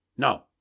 No